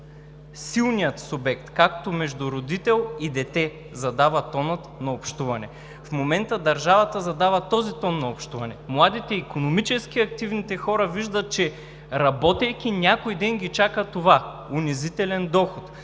силният субект, както между родител и дете, задават тона на общуване. В момента държавата задава този тон на общуване – младите, икономически активните хора виждат, че работейки, някой ден ги чака това – унизителен доход.